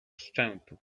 szczętu